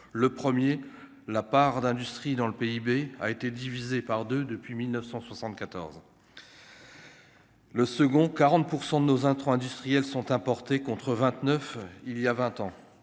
le premier, la part d'industrie dans le PIB a été divisé par 2 depuis 1974. Le second 40 pour 100 de nos intrants industriels sont importés, contre 29 il y a 20 ans